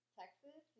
texas